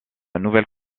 nouvelle